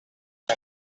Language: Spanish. san